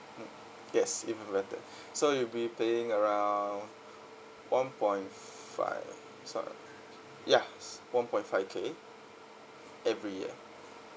mm yes even better so you'll be paying around one point five sorry yeah one point five K every year